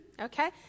okay